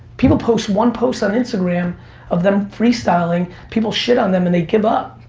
people post one post on instagram of them free styling, people shit on them and they give up.